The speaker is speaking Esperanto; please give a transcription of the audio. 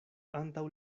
antaŭ